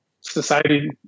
society